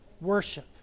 Worship